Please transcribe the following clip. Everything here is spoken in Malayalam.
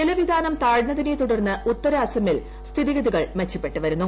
ജലവിതാനം താഴ്ന്നതിനെ തുടർന്ന് ഉത്തര അസാമിൽ സ്ഥിതിഗതികൾ മെച്ചപ്പെട്ട് വരുന്നു